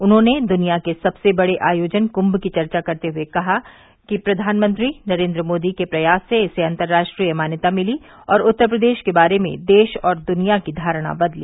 उन्होंने दुनिया के सबसे बड़े आयोजन कुंभ की चर्चा करते हुए कहा कि प्रधानमंत्री नरेन्द्र मोदी के प्रयास से इसे अतर्राष्ट्रीय मान्यता मिली और उत्तर प्रदेश के बारे में देश और दुनिया की धारणा बदली